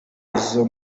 izo